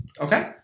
Okay